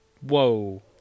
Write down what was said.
Whoa